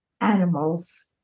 animals